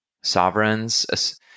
sovereigns